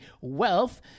wealth